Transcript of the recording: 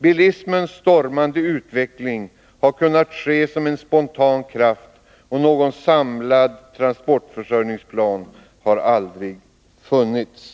Bilismens stormande utveckling har kunnat äga rum som ett spontant skeende, och någon samlad transportförsörjningsplan har aldrig funnits.